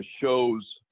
shows